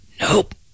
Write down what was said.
nope